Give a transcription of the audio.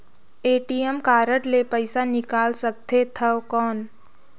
ATM card ले पइसा निकाल सकथे थव कौन?